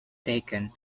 taken